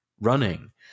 running